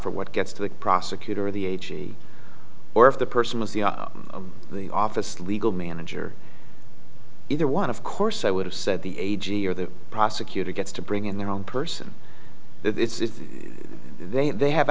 for what gets to the prosecutor of the agency or if the person was the office legal manager either one of course i would have said the a g or the prosecutor gets to bring in their own person it's they they have